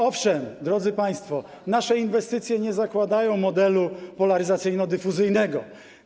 Owszem, drodzy państwo, nasze inwestycje nie zakładają modelu polaryzacyjno-dyfuzyjnego.